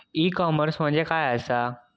E commerce म्हणजे काय असा?